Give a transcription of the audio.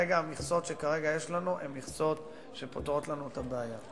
המכסות שכרגע יש לנו הן מכסות שפותרות לנו את הבעיה.